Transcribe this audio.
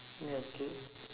ya okay